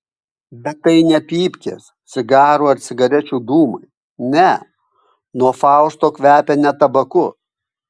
bet tai ne pypkės cigarų ar cigarečių dūmai ne nuo fausto kvepia ne tabaku